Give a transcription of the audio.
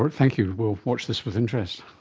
thank you, we will watch this with interest.